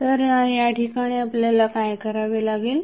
तर या ठिकाणी आपल्याला काय करावे लागेल